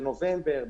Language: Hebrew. בנובמבר,